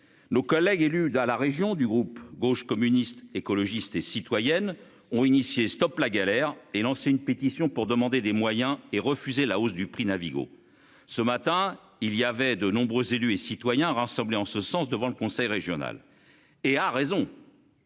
Nos collègues élus dans la région du groupe Gauche communistes, écologistes et citoyennes ont initié stoppe la galère et lancé une pétition pour demander des moyens et refuser la hausse du prix Navigo. Ce matin il y avait de nombreux élus et citoyens rassemblés en ce sens devant le conseil régional et à raison.